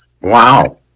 Wow